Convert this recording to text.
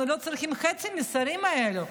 אנחנו לא צריכים חצי מהשרים האלה,